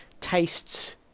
tastes